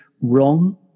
wrong